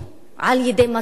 על-ידי מצלמות,